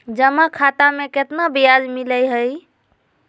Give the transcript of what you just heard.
जमा खाता में केतना ब्याज मिलई हई?